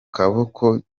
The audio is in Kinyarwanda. kaboko